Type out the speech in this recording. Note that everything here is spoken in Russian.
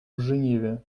женеве